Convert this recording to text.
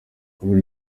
kurya